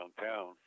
downtown